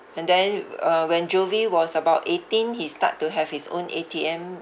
and then uh when jovie was about eighteen he start to have his own A_T_M